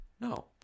No